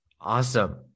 Awesome